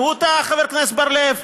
גם הוא טעה, חבר הכנסת בר-לב?